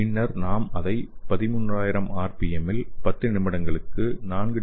பின்னர் நாம் அதை 13000 ஆர்பிஎம்மில் 10 நிமிடங்களுக்கு 4